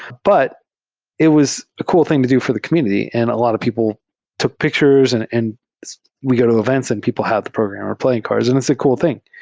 but it was a cool thing to do for the community and a lot of people took pictures and and we go to events and people have programmer playing cards, and it's a cool thing.